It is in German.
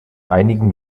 einigen